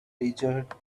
desert